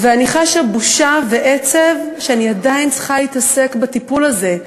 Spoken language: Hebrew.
חשה בושה ועצב שאני עדיין צריכה להתעסק בטיפול הזה.